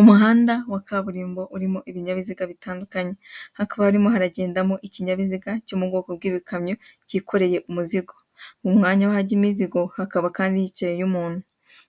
Umuhanda wa kaburimbo urimo ibinyabiziga bitandukanye hakaba harimo haragendamo ikinyabiziga cyo mu bwoko ibikamyo kikoreye umuzigo, mu mwanya w'ahajya imizigo hakaba kandi hicayeyo umuntu.